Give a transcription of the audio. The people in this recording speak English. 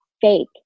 fake